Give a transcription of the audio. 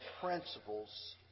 principles